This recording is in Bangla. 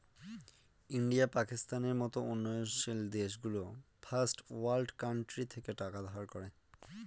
ইন্ডিয়া, পাকিস্তানের মত উন্নয়নশীল দেশগুলো ফার্স্ট ওয়ার্ল্ড কান্ট্রি থেকে টাকা ধার করে